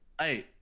Hey